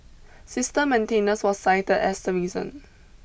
system maintenance was cited as the reason